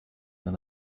than